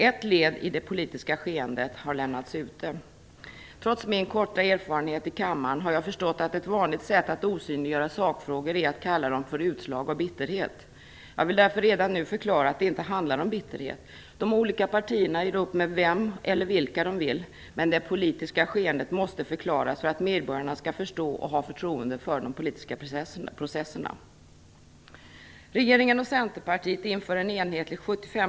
Ett led i det politiska skeendet har utelämnats. Trots min korta erfarenhet i kammaren har jag förstått att ett vanligt sätt att osynliggöra sakfrågor är att kalla dem för utslag av bitterhet. Jag vill därför redan nu förklara att det inte handlar om bitterhet. De olika partierna gör upp med vem eller vilka de vill, men det politiska skeendet måste förklaras för att medborgarna skall förstå och ha förtroende för de politiska processerna.